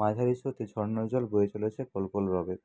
মাঝারি স্রোতে ঝর্নার জল বয়ে চলেছে কলকল রবে